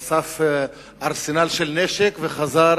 אסף ארסנל של נשק וחזר